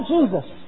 Jesus